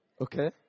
okay